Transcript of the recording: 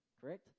correct